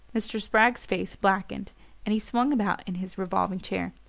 mr. spragg's face blackened and he swung about in his revolving chair.